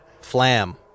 Flam